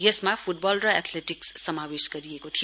यसमा फुटबल र एथलेटिक्स समावेश गरिएको थियो